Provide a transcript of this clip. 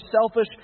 selfish